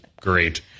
great